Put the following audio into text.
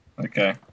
Okay